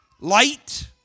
light